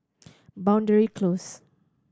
Boundary Close